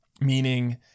Meaning